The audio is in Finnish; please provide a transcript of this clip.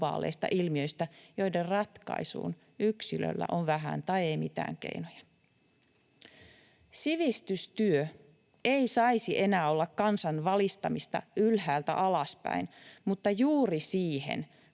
globaaleista ilmiöistä, joiden ratkaisuun yksilöllä on vähän tai ei mitään keinoja. Sivistystyö ei saisi enää olla kansan valistamista ylhäältä alaspäin, mutta juuri siihen